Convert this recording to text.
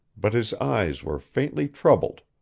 but his eyes were faintly troubled.